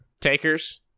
Takers